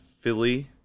Philly